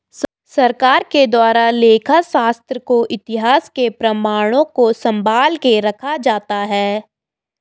सरकार के द्वारा लेखा शास्त्र का इतिहास के प्रमाणों को सम्भाल के रखा जाता है